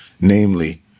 namely